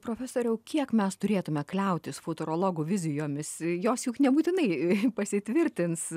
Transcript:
profesoriau kiek mes turėtumėme kliautis futurologų vizijomis jos juk nebūtinai pasitvirtins